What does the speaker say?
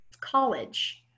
college